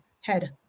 head